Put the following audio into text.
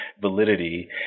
validity